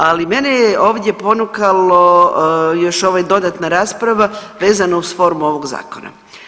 Ali mene je ovdje ponukalo još ovaj dodatna rasprava vezano uz formu ovog Zakona.